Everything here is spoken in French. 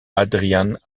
adrian